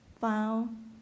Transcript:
found